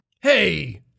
Hey